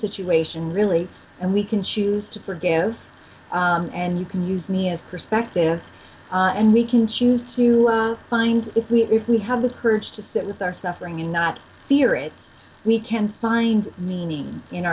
situation really and we can choose to forgive and you can use me as perspective and we can choose to find if we if we have the courage to sit with our suffering and not fear it we can find meaning in